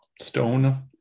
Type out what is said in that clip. stone